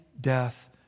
death